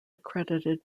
accredited